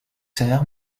sœur